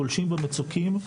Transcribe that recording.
גולשים במצוקים,